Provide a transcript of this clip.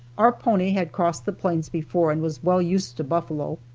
our pony had crossed the plains before and was well used to buffalo.